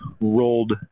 rolled